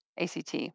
ACT